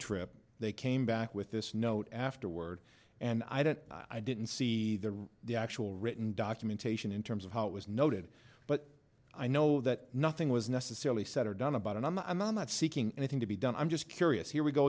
trip they came back with this note afterward and i don't i didn't see the actual written documentation in terms of how it was noted but i know that nothing was necessarily said or done about and i'm i'm i'm not seeking anything to be done i'm just curious here we go